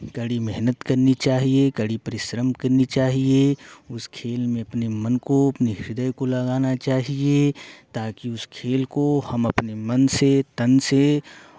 कड़ी मेहनत करनी चाहिए कड़ी परिश्रम करनी चाहिए उस खेल में अपने मन को अपने हृदय को लगाना चाहिए ताकि उस खेल को हम अपने मन से तन से